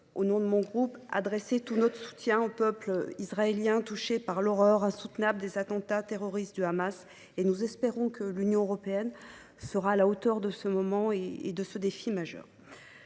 à faire part de tout notre soutien au peuple israélien, touché par les insoutenables attentats terroristes du Hamas. Nous espérons que l’Union européenne sera à la hauteur de ce moment et de ce défi majeur.